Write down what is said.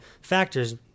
factors